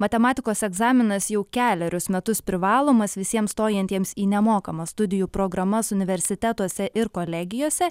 matematikos egzaminas jau kelerius metus privalomas visiems stojantiems į nemokamas studijų programas universitetuose ir kolegijose